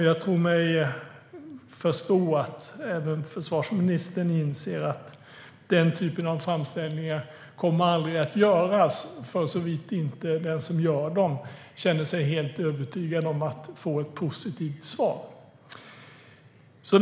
Jag tror att även försvarsministern inser att den typen av framställan aldrig kommer att göras såvida inte den som gör den känner sig helt övertygad om att få ett positivt svar. Fru talman!